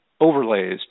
overlays